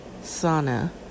sauna